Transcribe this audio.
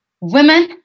Women